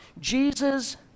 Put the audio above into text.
Jesus